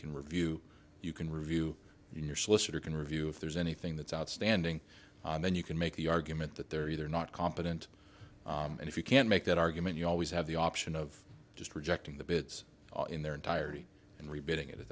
can review you can review your solicitor can review if there's anything that's outstanding then you can make the argument that they're either not competent and if you can't make that argument you always have the option of just rejecting the bits in their entirety and rebuilding it at